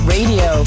Radio